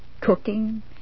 cooking